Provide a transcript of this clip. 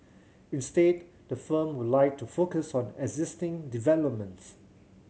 instead the firm would like to focus on existing developments